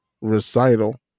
recital